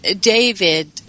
David